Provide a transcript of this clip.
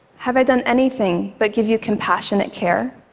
have i done anything but give you compassionate care?